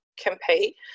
compete